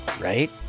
Right